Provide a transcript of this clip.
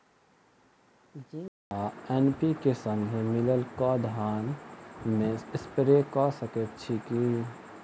Zinc आ NPK, संगे मिलल कऽ धान मे स्प्रे कऽ सकैत छी की?